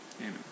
Amen